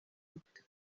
impeta